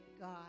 God